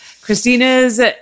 Christina's